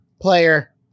player